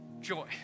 joy